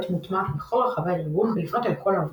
מוטמעת בכל רחבי הארגון ולפנות אל כל העובדים.